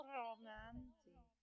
romantic